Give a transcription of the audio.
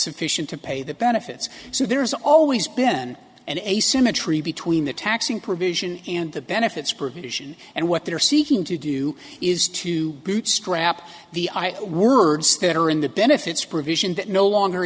sufficient to pay the benefits so there is always been an asymmetry between the taxing provision and the benefits provision and what they are seeking to do is to bootstrap the i word that are in the benefits provision that no longer